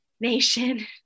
nation